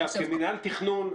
כמינהל תכנון,